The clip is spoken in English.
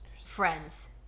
friends